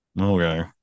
okay